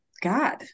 God